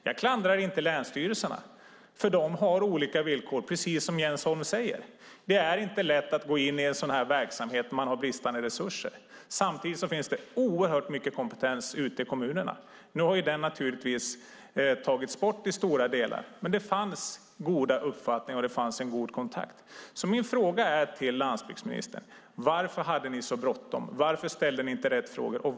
Jag klandrar inte länsstyrelserna, för de har olika villkor, precis som Jens Holm säger. Det är inte lätt att gå in i en sådan här verksamhet när man har bristande resurser. Samtidigt finns det oerhört mycket kompetens ute i kommunerna. Nu har den i stora delar naturligtvis tagits bort, men det fanns goda uppfattningar, och det fanns en god kontakt. Min fråga till landsbygdsministern är: Varför hade ni så bråttom? Varför ställde ni inte rätt frågor?